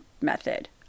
method